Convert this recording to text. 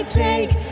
take